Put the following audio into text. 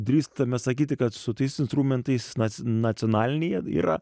drįstame sakyti kad su tais instrumentais nac nacionalinėje yra